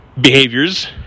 behaviors